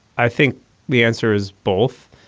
i think the answer is both.